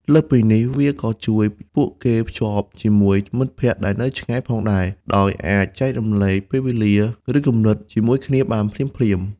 លើសពីនេះ វាក៏ជួយពួកគេ ភ្ជាប់ជាមួយមិត្តភក្ដិដែលនៅឆ្ងាយ ផងដែរ ដោយអាចចែករំលែកពេលវេលា ឬគំនិតជាមួយគ្នាបានភ្លាមៗ។